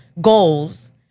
goals